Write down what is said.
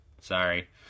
sorry